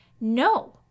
No